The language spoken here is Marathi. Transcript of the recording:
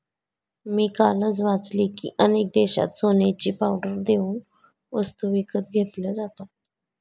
मी कालच वाचले की, अनेक देशांत सोन्याची पावडर देऊन वस्तू विकत घेतल्या जातात